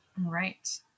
Right